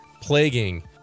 plaguing